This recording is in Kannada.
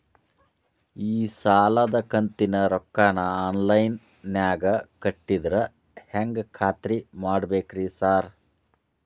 ಈ ಸಾಲದ ಕಂತಿನ ರೊಕ್ಕನಾ ಆನ್ಲೈನ್ ನಾಗ ಕಟ್ಟಿದ್ರ ಹೆಂಗ್ ಖಾತ್ರಿ ಮಾಡ್ಬೇಕ್ರಿ ಸಾರ್?